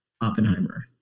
Oppenheimer